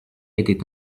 était